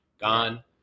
gone